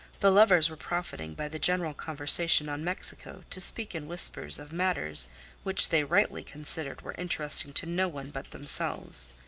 the lovers were profiting by the general conversation on mexico to speak in whispers of matters which they rightly considered were interesting to no one but themselves.